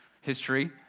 history